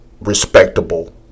respectable